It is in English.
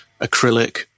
acrylic